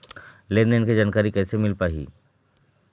लेन देन के जानकारी कैसे मिल पाही?